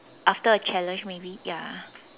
after a challenge maybe ya